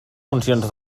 funcions